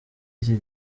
iki